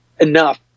enough